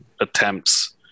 attempts